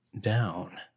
down